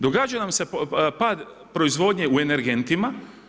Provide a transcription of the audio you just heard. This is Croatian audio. Događa nam se pad proizvodnje u energentima.